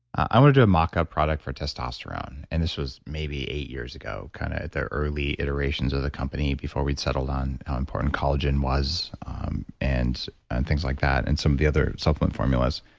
i want to do a maca product for testosterone. and this was maybe eight years ago, kind of the early iterations of the company, before we'd settled on how important collagen was and and things like that, and some of the other supplement formulas.